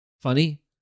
funny